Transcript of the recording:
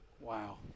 Wow